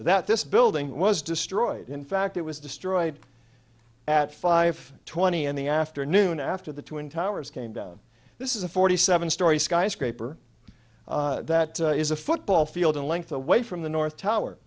that this building was destroyed in fact it was destroyed at five twenty in the afternoon after the twin towers came down this is a forty seven story skyscraper that is a football field in length away from the north tower